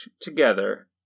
together